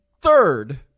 third